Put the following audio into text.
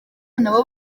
nabo